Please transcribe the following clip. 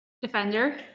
Defender